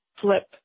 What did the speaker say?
flip